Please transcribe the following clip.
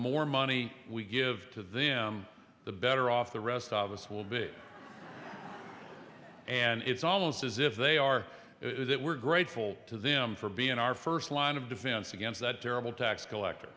more money we give to them the better off the rest of us will be and it's almost as if they are that we're grateful to them for being our first line of defense against that terrible tax collector